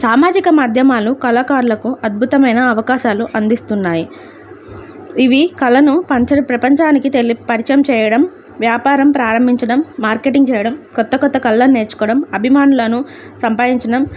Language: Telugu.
సామాజిక మాధ్యమాలు కళాకారులకు అద్భుతమైన అవకాశాలు అందిస్తున్నాయి ఇవి కళను పంచర ప్రపంచానికి తెలి పరిచయం చేయడం వ్యాపారం ప్రారంభించడం మార్కెటింగ్ చేయడం కొత్త కొత్త కళ్ళలను నేర్చుకోవడం అభిమానులను సంపాదించడం